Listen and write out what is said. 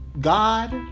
God